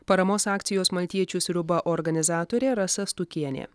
paramos akcijos maltiečių sriuba organizatorė rasa stukienė